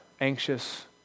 anxious